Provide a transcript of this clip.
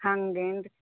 ಹಾಗೇನ್ರಿ